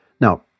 Now